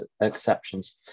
exceptions